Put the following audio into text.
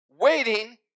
waiting